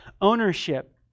ownership